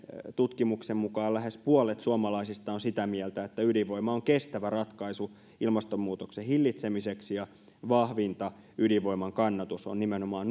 tutkimuksen mukaan lähes puolet suomalaisista on sitä mieltä että ydinvoima on kestävä ratkaisu ilmastonmuutoksen hillitsemiseksi vahvinta ydinvoiman kannatus on nimenomaan